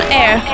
air